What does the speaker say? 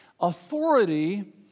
Authority